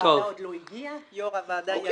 הוועדה עוד לא הגיע, הוא יגיע בצהריים.